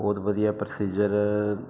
ਬਹੁਤ ਵਧੀਆ ਪ੍ਰੋਸੀਜਰ